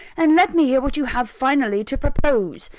and let me hear what you have finally to propose.